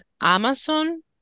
Amazon